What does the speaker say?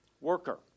worker